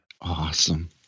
awesome